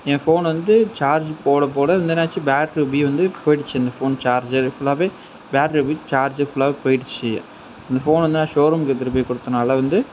என் phone வந்து charge போட போட வந்து என்னாச்சி பேக் உப்பி வந்து போய்டுச்சி இந்த ஃபோன் சார்ஜர் ஃபுல்லாவே பேட்டரி போய் சார்ஜர் ஃபுல்லாவே போய்டுச்சி இந்த ஃபோன் வந்து நான் ஷோரூம்க்கு எடுத்து போய் கொடுத்தனால வந்து